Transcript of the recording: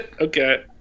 okay